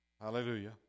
Hallelujah